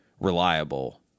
reliable